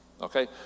Okay